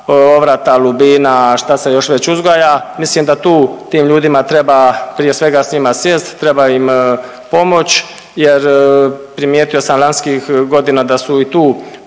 ovrata, lubina, šta se još već uzgaja mislim da tu tim ljudima treba prije svega s njima sjest, treba im pomoći. Jer primijetio sam lanjskih godina da su i tu